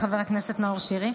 חבר הכנסת נאור שירי,